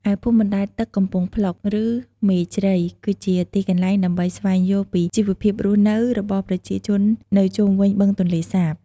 ឯភូមិបណ្តែតទឹកកំពង់ភ្លុក ឬមេជ្រៃ គឺជាទីកន្លែងដើម្បីស្វែងយល់ពីជីវភាពរស់នៅរបស់ប្រជាជននៅជុំវិញបឹងទន្លេសាប។